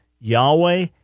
Yahweh